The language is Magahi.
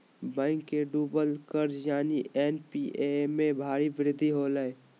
बैंक के डूबल कर्ज यानि एन.पी.ए में भारी वृद्धि होलय